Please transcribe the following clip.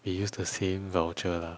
they use the same voucher lah